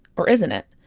or isn't it?